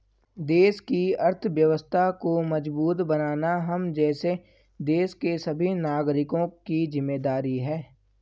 देश की अर्थव्यवस्था को मजबूत बनाना हम जैसे देश के सभी नागरिकों की जिम्मेदारी है